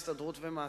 הסתדרות ומעסיקים.